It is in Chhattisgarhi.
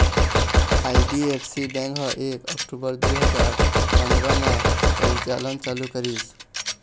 आई.डी.एफ.सी बेंक ह एक अक्टूबर दू हजार पंदरा म परिचालन चालू करिस